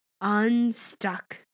unstuck